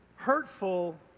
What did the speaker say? Hurtful